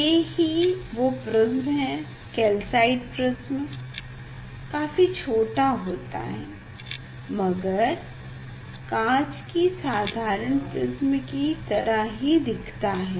ये ही वो प्रिस्म है कैल्साइट प्रिस्म काफी छोटा होता है मगर काँच की साधारण प्रिस्म की तरह ही दिखता है